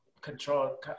control